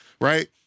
right